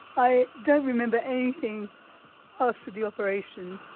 i don't remember anything after the operation,